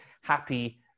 happy